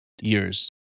years